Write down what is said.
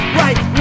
right